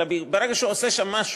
אלא ברגע שהוא עושה שם משהו.